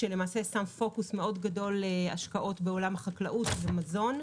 ששם פוקוס גדול מאוד על השקעות בעולם החקלאות והמזון,